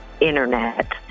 internet